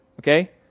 Okay